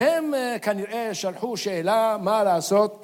הם כנראה שלחו שאלה מה לעשות